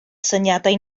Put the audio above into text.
syniadau